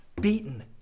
beaten